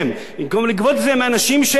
במקום לגבות את זה מאנשים שאין להם.